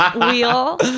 wheel